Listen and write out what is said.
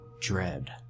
dread